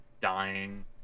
dying